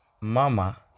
Mama